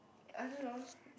I don't know